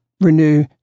renew